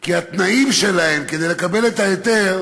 כי התנאים שלהן לקבלת ההיתר